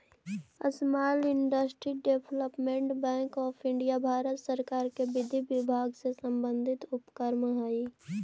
small industries development bank of India Bharat सरकार के विधि विभाग से संबंधित उपक्रम हइ